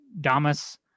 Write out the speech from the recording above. Damas